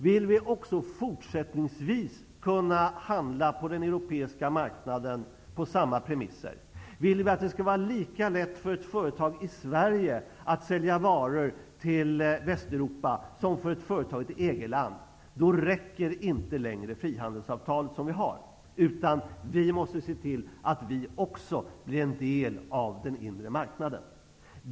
Vi vill också fortsättningsvis kunna handla på den europeiska marknaden på samma premisser. Vill vi att det skall vara lika lätt för ett företag i Sverige att sälja varor till Västeuropa som för ett företag i ett EG-land räcker inte längre frihandelsavtalet, utan vi måste se till att vi också blir en del av den inre marknaden.